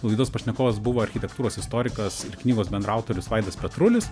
laidos pašnekovas buvo architektūros istorikas ir knygos bendraautorius vaidas petrulis